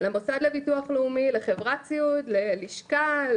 למוסד לביטוח לאומי, לחברת סיעוד, ללשכה,